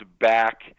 back